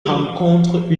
rencontre